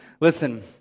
Listen